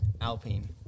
Alpine